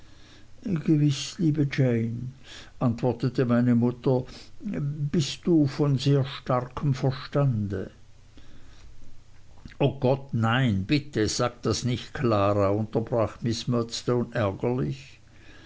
gewiß liebe jane antwortete meine mutter bist du von sehr starkem verstande o gott nein bitte sag das nicht klara unterbrach miß murdstone ärgerlich